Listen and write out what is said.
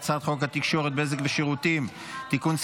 ההצעה להעביר את הצעת חוק התקשורת (בזק ושידורים) (תיקון,